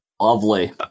Lovely